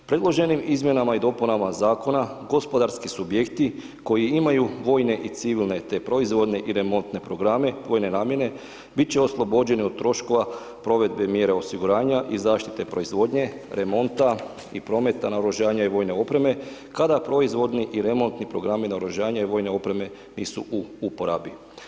Predloženim izmjenama i dopunama zakona gospodarski subjekti koji imaju vojne i civilne te proizvodne i remontne programe vojne namjene biti će oslobođene od troškova provedbe mjera osiguranja i zaštite proizvodnje, remonta i prometa naoružanja i vojne opreme kada proizvodni i remontni programi naoružanja i vojne opreme nisu u uporabi.